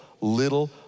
little